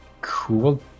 cool